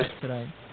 today